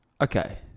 Okay